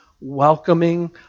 welcoming